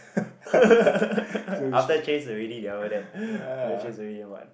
after chase already then after that after chase already then what